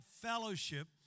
fellowship